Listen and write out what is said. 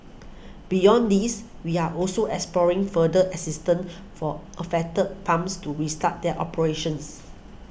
beyond these we are also exploring further assistant for affected farms to restart their operations